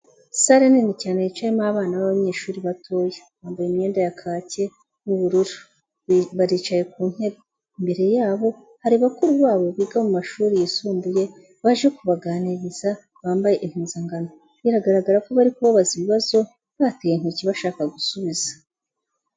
Salle nini cyane yicayemo abana b'abanyeshuri batoya. Bambaye imyenda ya kake y'ubururu. Baricaye ku ntebe. Imbere yabo hari bakuru babo biga mu mashuri yisumbuye baje kubaganiriza bambaye impuzankano. Biragaragara ko bari kubabaza ibibazo bateye intoki bashaka gusubiza.